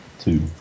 two